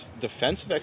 defensive